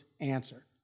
answer